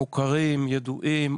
הם מוכרים וידועים.